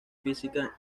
física